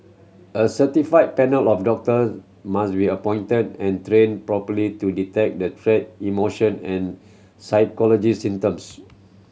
a certified panel of doctors must be appointed and properly to detect the treat emotion and psychology symptoms